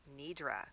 nidra